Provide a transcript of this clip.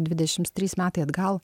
dvidešims trys metai atgal